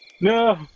No